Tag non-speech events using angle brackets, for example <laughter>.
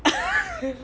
<laughs>